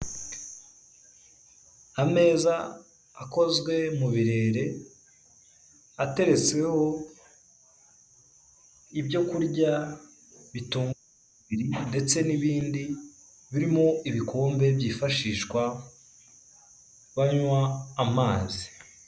Ameza akozwe mu birere, ateretsweho ibyo kurya bitunga umubiri ndetse n'ibindi birimo ibikombe byifashishwa banywa amazi.